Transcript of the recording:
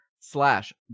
slash